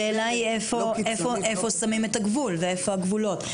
השאלה היא איפה שמים את הגבול ואיפה הגבולות.